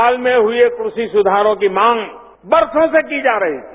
हाल में हुए कृषि सुधारों की मांग बरसों से की जा रही थी